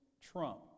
Trump